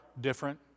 different